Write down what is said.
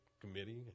committee